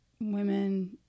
women